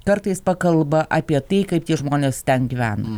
kartais pakalba apie tai kaip tie žmonės ten gyveno